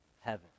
heaven